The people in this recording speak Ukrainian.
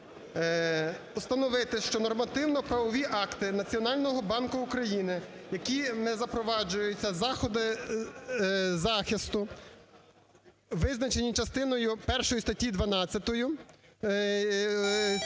Постановити, що нормативно-правові акти Національного банку України, якими запроваджуються заходи захисту, визначені частиною першою статті 12